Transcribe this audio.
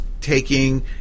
taking